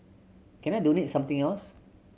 can I donate something else